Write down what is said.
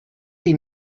des